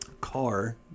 car